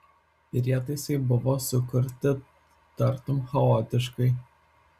prietaisai buvo sukurti tartum chaotiškai